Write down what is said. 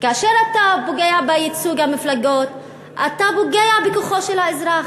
כאשר אתה פוגע בייצוג של המפלגות אתה פוגע בכוחו של האזרח,